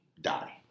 die